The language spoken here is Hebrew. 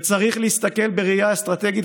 וצריך להסתכל בראייה אסטרטגית,